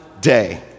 day